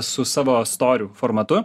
su savo storiu formatu